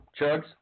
Chugs